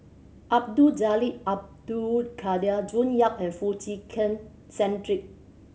Abdul Jalil Abdul Kadir June Yap and Foo Chee Keng Cedric